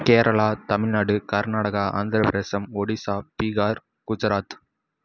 Kerala Tamil Nadu Karnataka Andhra Pradesh Odisha Bihar Gujarat